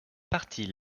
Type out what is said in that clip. partie